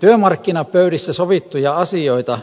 työmarkkinapöydissä sovittuja asioita